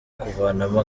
kuvanamo